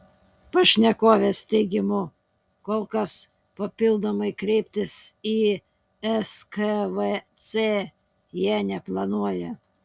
pašnekovės teigimu kol kas papildomai kreiptis į skvc jie neplanuoja